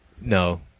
No